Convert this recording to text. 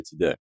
today